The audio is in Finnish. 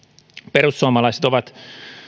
perussuomalaiset ovat